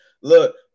look